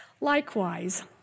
Likewise